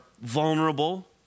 vulnerable